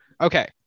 Okay